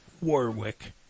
Warwick